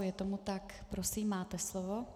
Je tomu tak, prosím, máte slovo.